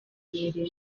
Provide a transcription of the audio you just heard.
imirimo